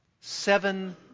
Seven